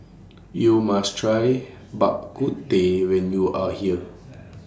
YOU must Try Bak Kut Teh when YOU Are here